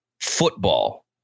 football